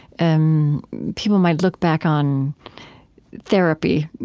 um people might look back on therapy,